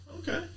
okay